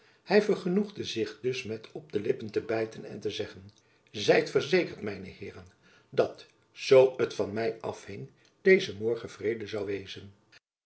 hij vergenoegde zich dus met op de lippen te bijten en te zeggen zijt verzekerd mijne heeren dat zoo t van my afhing het morgen vrede zou wezen